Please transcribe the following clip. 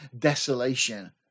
desolation